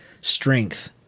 strength